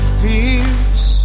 fears